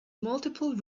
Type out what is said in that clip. multiple